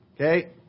Okay